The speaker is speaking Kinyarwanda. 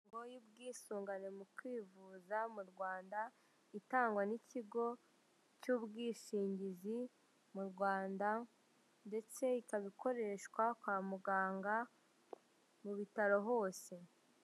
Ikarita y'ubwisungane mu kwivuza mu Rwanda. Itangwa n'ikigo cy'ubwishingizi mu Rwanda; ndetse ikaba ikoreshwa kwa muganga mu bitaro hose.